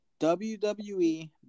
WWE